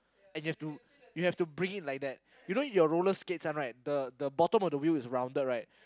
and you have to you have to bring it like that you know your roller skates one right the the bottom of the wheel is rounded right